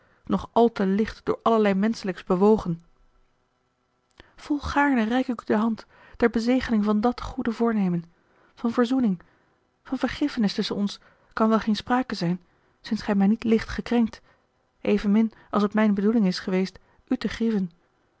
nog al te licht door allerlei menschelijks bewogen a l g bosboom-toussaint de delftsche wonderdokter eel olgaarne reik ik u de hand ter bezegeling van dàt goede voornemen van verzoening van vergiffenis tusschen ons kan wel geen sprake zijn sinds gij mij niet hebt gekrenkt evenmin als het mijne bedoeling is geweest u te grieven